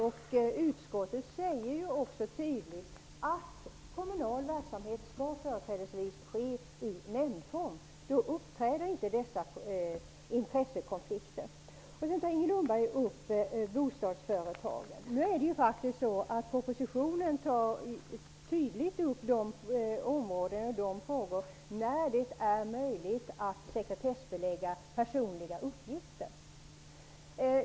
Utskottet säger också tydligt att kommunal verksamhet företrädesvis skall ske i nämndform. Då uppträder inte dessa intressekonflikter. Inger Lundberg tar upp bostadsföretagen. I propositionen nämns tydligt de områden och de frågor där det är möjligt att sekretessbelägga personliga uppgifter.